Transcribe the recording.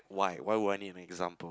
why why would I need an example